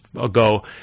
ago